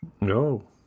No